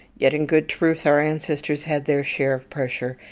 yet in good truth our ancestors had their share of pressure,